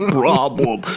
problem